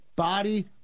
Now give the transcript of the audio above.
Body